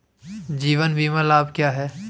जीवन बीमा लाभ क्या हैं?